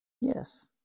yes